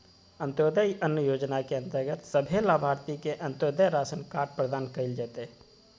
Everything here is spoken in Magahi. अंत्योदय अन्न योजना के अंतर्गत सभे लाभार्थि के अंत्योदय राशन कार्ड प्रदान कइल जयतै